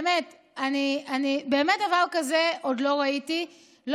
באמת עוד לא ראיתי דבר כזה,